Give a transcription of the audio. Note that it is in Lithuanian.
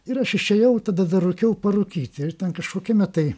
ir aš išėjau tada dar rūkiau parūkyti ir ten kažkokiame tai